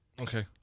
Okay